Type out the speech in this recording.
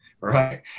Right